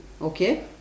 Okay